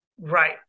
Right